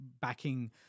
backing